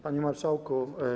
Panie Marszałku!